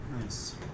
Nice